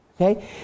Okay